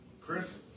Chris